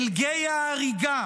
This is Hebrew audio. אל גיא ההריגה,